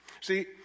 See